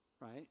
right